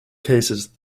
cases